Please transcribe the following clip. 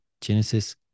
genesis